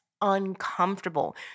uncomfortable